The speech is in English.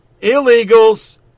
Illegals